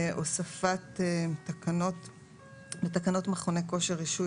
הוספת תקנות 1. בתקנות מכוני כושר (רישוי